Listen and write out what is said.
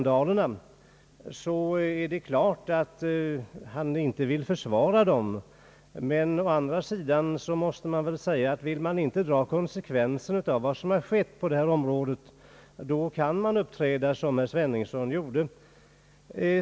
Det är klart att han inte vill försvara de s.k. reseskandalerna, men bara om man inte vill dra konsekvenser av vad som har skett på området, kan man uppträda som herr Sveningsson gjorde.